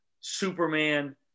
superman